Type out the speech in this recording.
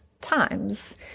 times